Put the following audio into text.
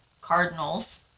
cardinals